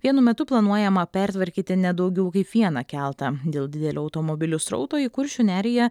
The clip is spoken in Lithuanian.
vienu metu planuojama pertvarkyti ne daugiau kaip vieną keltą dėl didelio automobilių srauto į kuršių neriją